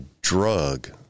drug